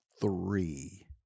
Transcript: Three